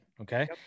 okay